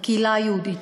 הקהילה היהודית,